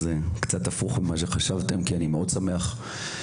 אז זה קצת הפוך ממה שחשבתם כי אני מאוד שמח שבאתם